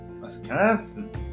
Wisconsin